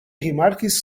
rimarkis